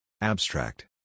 Abstract